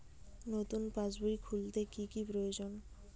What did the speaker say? নতুন পাশবই খুলতে কি কি প্রয়োজন?